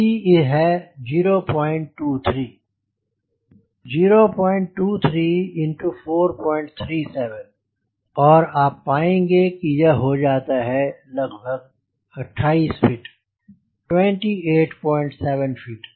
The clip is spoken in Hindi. c है 023 023 into 437 और आप पाएंगे कि यह हो जाता है लगभग 28 फ़ीट 287 फ़ीट